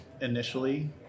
initially